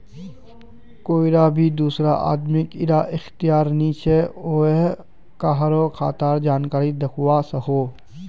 कोए भी दुसरा आदमीक इरा अख्तियार नी छे व्हेन कहारों खातार जानकारी दाखवा सकोह